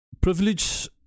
privilege